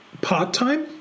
part-time